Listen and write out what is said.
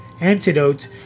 antidote